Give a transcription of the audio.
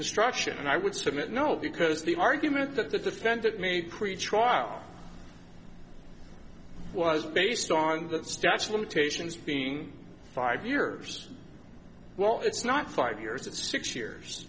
instruction and i would submit no because the argument that the defendant may pretrial was based on the statue of limitations being five years well it's not five years it's six years